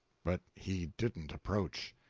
but he didn't approach.